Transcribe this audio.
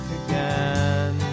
again